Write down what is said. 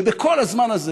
ובכל הזמן הזה